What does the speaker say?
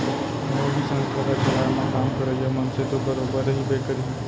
कोनो भी संस्था ल चलाए म काम करइया मनसे तो बरोबर रहिबे करही